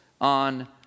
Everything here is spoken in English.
on